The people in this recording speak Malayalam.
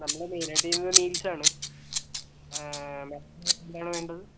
നമ്മൾ മെയിനായിട്ട് ചെയ്യുന്നത് മീൽസാണ് മാഡത്തിന് എന്താണ് വേണ്ടത്